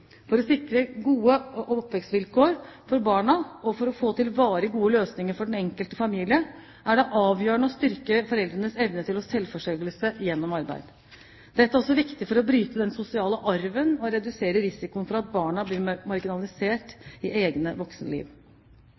For å sikre gode oppvekstvilkår for barna, og for å få til varig gode løsninger for den enkelte familie, er det avgjørende å styrke foreldrenes evne til selvforsørgelse gjennom arbeid. Dette er også viktig for å bryte den sosiale arven og redusere risikoen for at barna blir marginalisert i egne voksenliv.